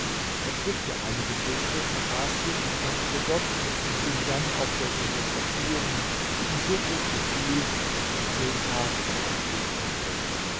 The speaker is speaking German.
er pflückte einige früchte aß sie dankte gott und ging dann auf der insel spazieren die ihm so gut gefiel daß er zehn tage darauf zubrachte